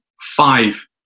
five